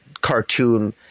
cartoon